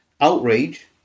outrage